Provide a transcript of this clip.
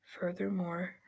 Furthermore